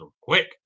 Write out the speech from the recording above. quick